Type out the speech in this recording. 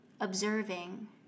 observing